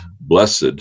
blessed